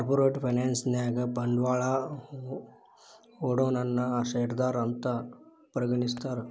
corporate finance ನ್ಯಾಗ ಬಂಡ್ವಾಳಾ ಹೂಡೊನನ್ನ ಶೇರ್ದಾರಾ ಅಂತ್ ಪರಿಗಣಿಸ್ತಾರ